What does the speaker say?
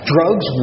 Drugs